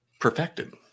perfected